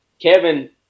Kevin